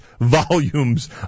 volumes